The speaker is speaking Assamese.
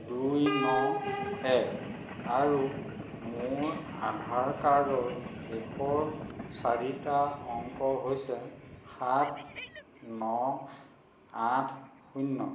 দুই ন এক আৰু মোৰ আধাৰ কাৰ্ডৰ শেষৰ চাৰিটা অংক হৈছে সাত ন আঠ শূন্য